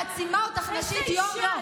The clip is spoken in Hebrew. אני מעצימה אותך נשית יום-יום.